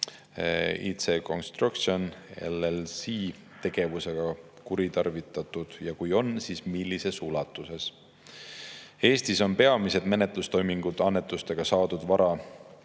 IC Construction LLC tegevusega kuritarvitatud, ja kui on, siis millises ulatuses. Eestis on peamised menetlustoimingud annetustega saadud vara